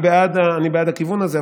אני בעד הכיוון הזה,